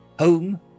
home